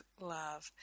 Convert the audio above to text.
love